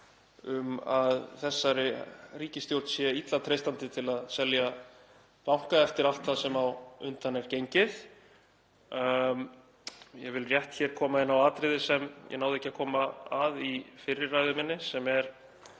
um að þessari ríkisstjórn sé illa treystandi til að selja banka eftir allt það sem á undan er gengið. Ég vil rétt koma inn á atriði sem ég náði ekki að koma að í fyrri ræðu minni sem er